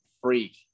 freak